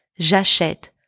J'achète